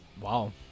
Wow